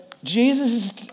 Jesus